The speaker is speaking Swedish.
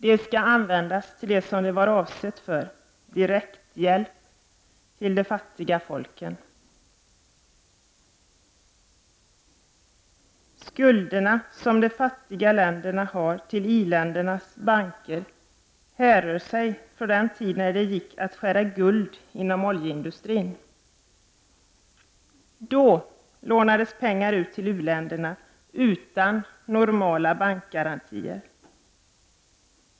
Det skall användas för det som det var avsett för: direkt hjälp till de fattiga folken. Skulderna som de fattiga länderna har till i-ländernas banker härrör sig från den tid när det gick att skära guld inom oljeindustrin — då lånades pengar ut till u-länderna utan normala bankgarantier.